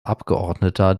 abgeordneter